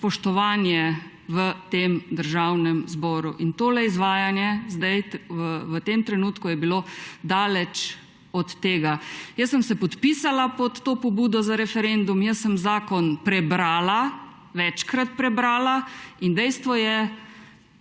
spoštovanje v tem državnem zboru. In tole izvajanje zdaj v tem trenutku je bilo daleč od tega. Jaz sem se podpisala pod to pobudo za referendum, jaz sem zakon prebrala, večkrat prebrala, in dejstvo je,